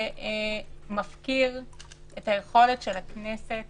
שמפקיר את היכולת של הכנסת